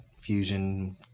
Fusion